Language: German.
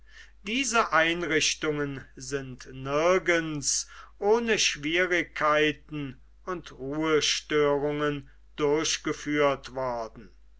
diese einrichtungen sind nirgends ohne schwierigkeiten und ruhestörungen durchgeführt worden